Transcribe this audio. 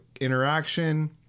interaction